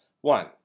One